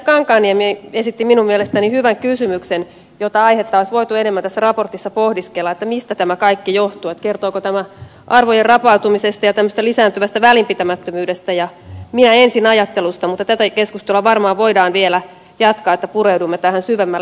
kankaanniemi esitti minun mielestäni hyvän kysymyksen jota aihetta olisi voitu enemmän tässä raportissa pohdiskella että mistä tämä kaikki johtuu kertooko tämä arvojen rapautumisesta ja tämmöisestä lisääntyvästä välinpitämättömyydestä ja minä ensin ajattelusta mutta tätä keskustelua varmaan voidaan vielä jatkaa niin että pureudumme tähän syvemmälle